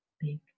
big